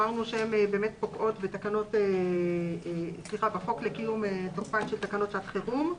הוראות שפוקעות בחוק לקיום תוקפן של תקנות שעת חירום,